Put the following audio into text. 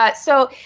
but so